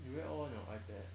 you read all on your ipad